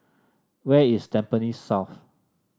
where is Tampines South